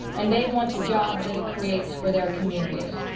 and they want the jobs that it creates for their communities.